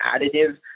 additive